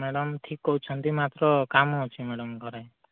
madam ଠିକ୍ କହୁଛନ୍ତି ମାତ୍ର କାମ ଅଛି ଘରେ